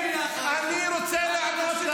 כי אתה גזען.